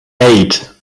eight